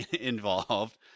involved